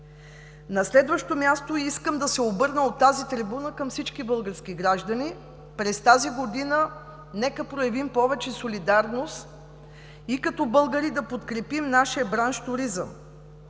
На следващо място, искам да се обърна от тази трибуна към всички български граждани – през тази година нека проявим повече солидарност и като българи да подкрепим нашия бранш „Туризъм“.